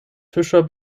fischer